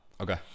Okay